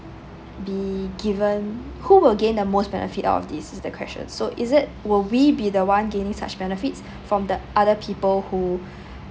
be given who will gain the most benefit out of this this is the question so is it will we be the one gaining such benefits from the other people who